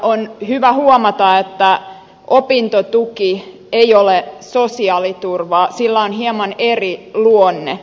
on hyvä huomata että opintotuki ei ole sosiaaliturvaa sillä on hieman eri luonne